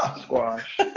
squash